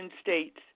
states